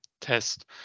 test